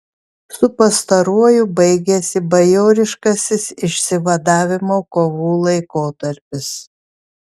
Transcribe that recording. su pastaruoju baigėsi bajoriškasis išsivadavimo kovų laikotarpis